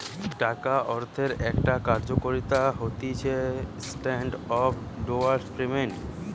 টাকা বা অর্থের একটা কার্যকারিতা হতিছেস্ট্যান্ডার্ড অফ ডেফার্ড পেমেন্ট